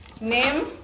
Name